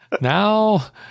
now